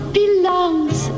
belongs